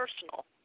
personal